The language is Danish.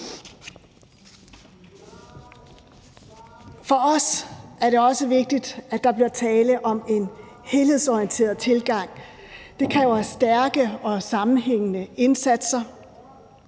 For os er det også vigtigt, at der bliver tale om en helhedsorienteret tilgang. Det kræver stærke og sammenhængende indsatser,